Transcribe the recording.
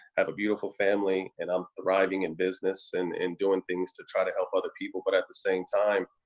have a beautiful family, and i'm thriving in business and and doing things to try to help other people. but at the same time,